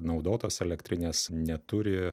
naudotos elektrinės neturi